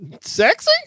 Sexy